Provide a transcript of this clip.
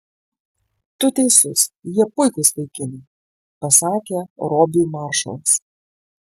tu teisus jie puikūs vaikinai pasakė robiui maršalas